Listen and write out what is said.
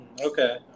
Okay